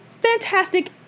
fantastic